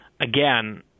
again